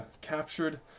captured